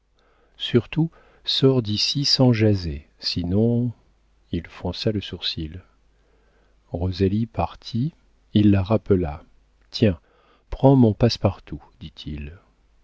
surtout sors d'ici sans jaser sinon il fronça le sourcil rosalie partit il la rappela tiens prends mon passe-partout dit-il